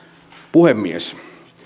puhemies